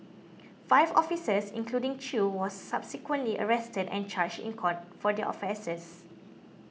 five officers including Chew were subsequently arrested and charged in court for their offences